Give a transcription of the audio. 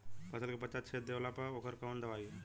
फसल के पत्ता छेद जो देवेला ओकर कवन दवाई ह?